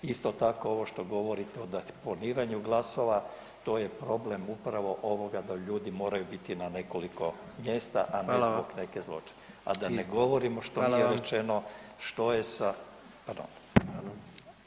Isto tako ovo što govorite o deponiranju glasova, to je problem upravo ovoga da ljudi moraju biti na nekoliko mjesta, a ne [[Upadica: Hvala vam.]] zbog neke zloće, a da ne govorimo što im je rečeno, što je sa [[Upadica: Hvala vam.]] pardon.